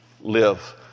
live